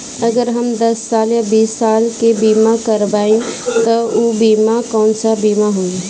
अगर हम दस साल या बिस साल के बिमा करबइम त ऊ बिमा कौन सा बिमा होई?